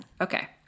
Okay